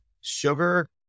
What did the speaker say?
sugar